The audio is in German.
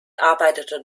arbeitete